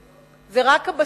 זה רק הבסיס לריבונות,